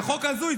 זה חוק הזוי.